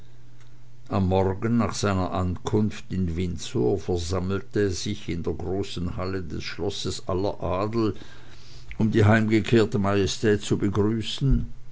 am morgen nach seiner ankunft in windsor versammelte sich in der großen halle des schlosses aller adel um die heimgekehrte majestät zu begrüßen